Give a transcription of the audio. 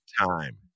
time